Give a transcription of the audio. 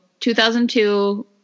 2002